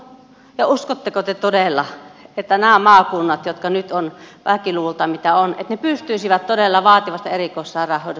ja uskotteko te todella että nämä maakunnat jotka nyt ovat väkiluvultaan mitä ovat pystyisivät todella vaativasta erikoissairaanhoidosta vastaamaan